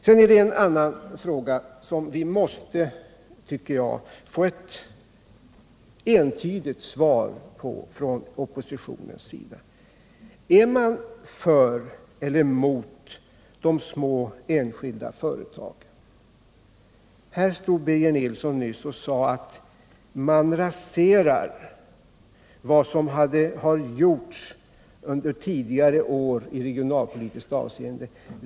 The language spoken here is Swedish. Det finns en annan fråga som jag tycker att vi måste få ett entydigt svar på från oppositionen: Är ni för eller emot de små enskilda företagen? Här stod Birger Nilsson nyss och sade att man raserar vad som har gjorts under tidigare år i regionalpolitiskt avseende.